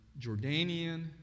Jordanian